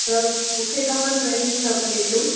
त मूंखे खपनि पहिरी छह प्लेटूं